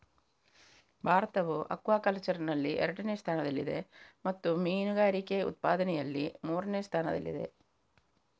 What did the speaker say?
ಭಾರತವು ಅಕ್ವಾಕಲ್ಚರಿನಲ್ಲಿ ಎರಡನೇ ಸ್ಥಾನದಲ್ಲಿದೆ ಮತ್ತು ಮೀನುಗಾರಿಕೆ ಉತ್ಪಾದನೆಯಲ್ಲಿ ಮೂರನೇ ಸ್ಥಾನದಲ್ಲಿದೆ